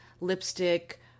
lipstick